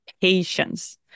patience